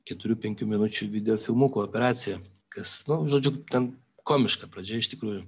keturių penkių minučių videofilmukų operacija kas nu žodžiu ten komiška pradžia iš tikrųjų